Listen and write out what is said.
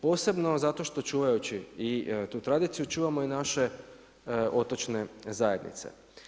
Posebno zato što čuvajući i tu tradiciju, čuvamo i naše otočne zajednice.